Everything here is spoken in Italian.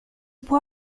può